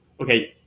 okay